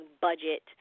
budget